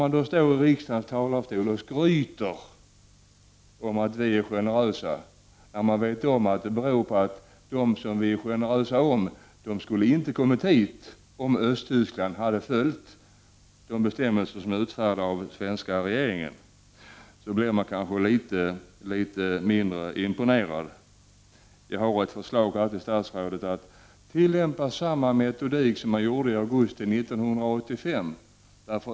Man står i riksdagens talarstol och skryter om att vi är generösa fastän man vet att de som vi är generösa mot inte skulle ha kommit hit, om Östtyskland följt de bestämmelser som är utfärdade av den svenska regeringen. Den som vet det blir kanske litet mindre imponerad. Jag har ett förslag till statsrådet. Tillämpa samma metodik som användes under augusti 1985!